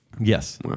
Yes